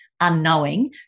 unknowing